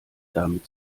damit